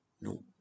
No